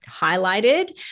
highlighted